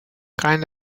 kind